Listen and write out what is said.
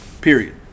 period